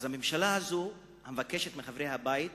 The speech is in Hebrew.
הממשלה הזאת מבקשת מחברי הבית